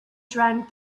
drank